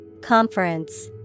Conference